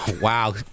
Wow